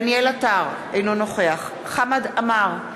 דניאל עטר, אינו נוכח חמד עמאר,